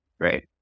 Great